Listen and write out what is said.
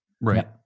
right